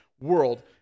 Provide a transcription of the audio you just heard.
World